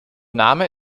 name